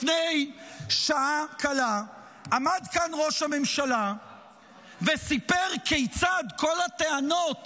לפני שעה קלה עמד כאן ראש הממשלה וסיפר כיצד כל הטענות